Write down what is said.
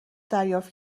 دریافت